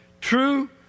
True